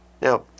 Now